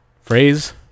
phrase